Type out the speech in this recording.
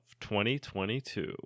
2022